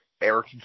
Eric